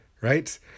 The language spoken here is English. right